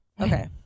Okay